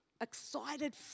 excited